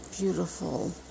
beautiful